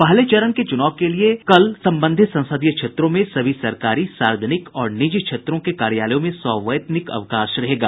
पहले चरण के चूनाव के दिन कल संबंधित संसदीय क्षेत्रों में सभी सरकारी सार्वजनिक और निजी क्षेत्रों के कार्यालयों में सवैतनिक अवकाश रहेगा